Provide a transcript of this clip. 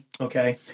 Okay